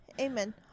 amen